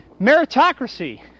meritocracy